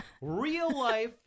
real-life